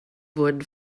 wurden